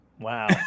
Wow